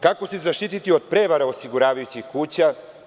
Kako se zaštititi od prevara osiguravajućih kuća?